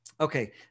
Okay